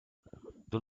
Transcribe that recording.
this